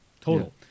total